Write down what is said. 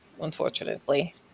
unfortunately